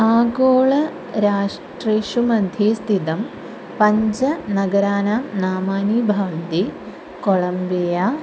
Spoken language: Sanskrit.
आगोलराष्ट्रेषु मध्ये स्थितं पञ्चनगराणां नामानि भवन्ति कोलम्बिया